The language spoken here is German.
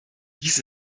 dies